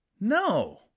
No